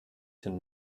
den